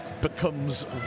becomes